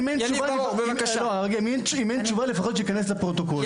אם אין תשובה, לפחות שייכנס לפרוטוקול.